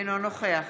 אינו נוכח